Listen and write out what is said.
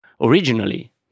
originally